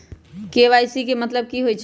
KYC के कि मतलब होइछइ?